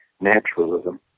naturalism